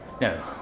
No